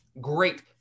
great